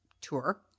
tour